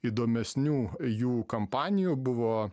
įdomesnių jų kampanijų buvo